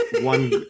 one